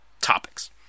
topics